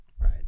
Right